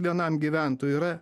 vienam gyventojui yra